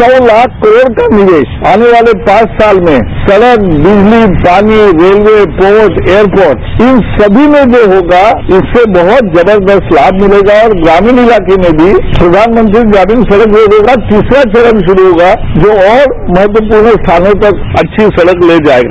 सौ लाख करोड़ का निवेश आने वाले पांच साल में सड़क बिजली पानी रेलवे पोर्ट एयरपोर्ट इन सभी में जो होगा इससे बहत जबरदस्त लाभ मिलेगा और ग्रामीण इलाके में भी प्रधानमंत्री ग्रामीण सडक योजना का तीसरा चरण शुरू होगा जो और महत्वपूर्ण स्थानों तक अच्छी सड़क ले जाएगा